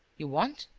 you won't?